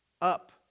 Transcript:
up